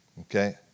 Okay